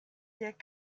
that